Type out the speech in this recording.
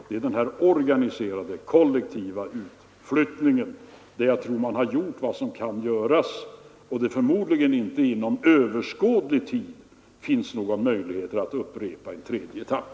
Det är beträffande denna organiserade kollektiva utflyttning som jag menar att vi väl nu har gjort vad som kan göras och där det förmodligen inom överskådlig tid inte är möjligt att ordna med någon tredje etapp.